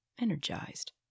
energized